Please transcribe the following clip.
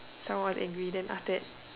someone was angry then after that